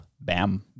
Bam